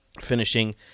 finishing